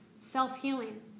Self-healing